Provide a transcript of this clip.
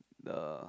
the